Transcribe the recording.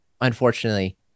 unfortunately